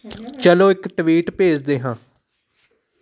ਚਲੋ ਇੱਕ ਟਵੀਟ ਭੇਜਦੇ ਹਾਂ